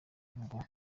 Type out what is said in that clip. ngo